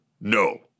No